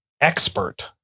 expert